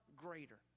greater